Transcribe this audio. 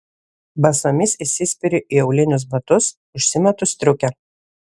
basomis įsispiriu į aulinius batus užsimetu striukę